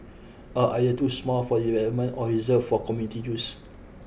are either too small for development or reserved for community use